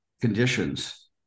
conditions